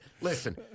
listen